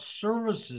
services